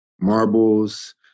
marbles